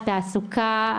על התעסוקה,